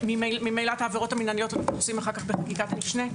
ממילא את העבירות המינהליות אנחנו עושים אחר כך בחקיקת משנה.